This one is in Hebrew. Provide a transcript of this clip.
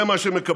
זה מה שמקבלים.